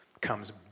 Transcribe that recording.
comes